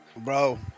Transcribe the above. Bro